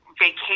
vacation